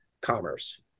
commerce